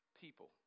people